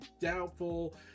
doubtful